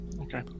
Okay